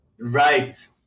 right